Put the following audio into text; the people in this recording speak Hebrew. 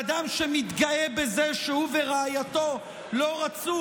לאדם שמתגאה בזה שהוא ורעייתו לא רצו